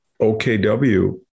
OKW